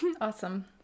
Awesome